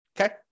Okay